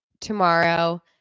tomorrow